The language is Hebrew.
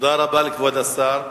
תודה רבה לכבוד השר.